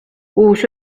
uus